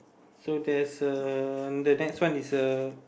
so there's a the next one is a